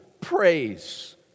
praise